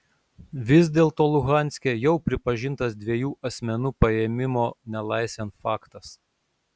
vis dėlto luhanske jau pripažintas dviejų asmenų paėmimo nelaisvėn faktas